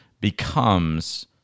becomes